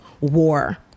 war